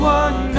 one